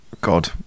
God